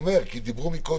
רק אומרים מישהו